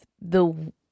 the-